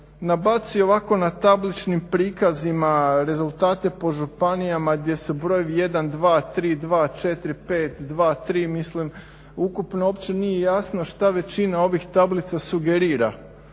nabaci ovako na tabličnim prikazima rezultate po županijama gdje su brojevi 1, 2, 3, 2, 4, 5, 2, 3 mislim ukupno uopće nije jasno šta većina ovih tablica sugerira.